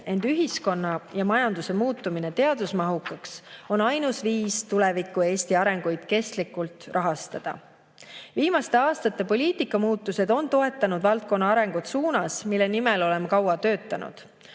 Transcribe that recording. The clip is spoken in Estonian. ent ühiskonna ja majanduse muutumine teadusmahukaks on ainus viis tuleviku Eesti arenguid kestlikult rahastada. Viimaste aastate poliitikamuutused on toetanud valdkonna arengut suunas, mille nimel oleme kaua töötanud.